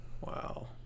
Wow